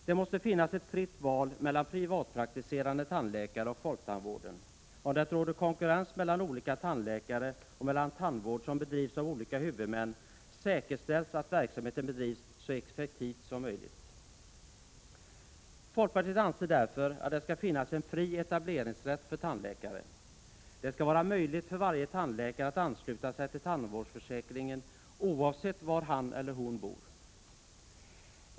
Det måste finnas ett fritt val mellan privatpraktiserande tandläkare och folktandvården. Om det råder konkurrens mellan olika tandläkare och mellan tandvård som bedrivs av olika huvudmän, säkerställs att verksamheten bedrivs så effektivt som möjligt. Folkpartiet anser därför att det skall finnas en fri etableringsrätt för tandläkare. Det skall vara möjligt för varje tandläkare att ansluta sig till tandvårdsförsäkringen oavsett var han eller hon bor.